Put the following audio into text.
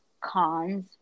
cons